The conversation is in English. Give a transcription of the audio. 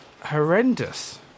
horrendous